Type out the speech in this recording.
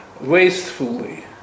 wastefully